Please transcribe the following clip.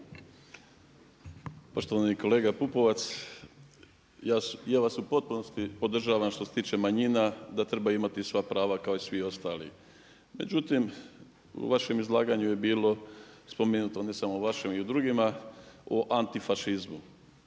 Poštovani kolega Pupovac, ja vas u potpunosti podržavam što se tiče manjina da trebaju imati sva prava kao i svi ostali. Međutim, u vašem izlaganju je bilo spomenuto, ne samo u vašem i u drugima, o antifašizmu.